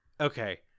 Okay